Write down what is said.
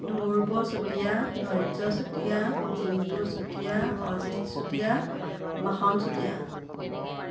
Dhruv Chutia Dhairya Chutia Jintu Chutia Ajit Chutia Makhan Chutia